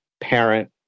parent